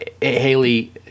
Haley